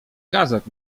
gazet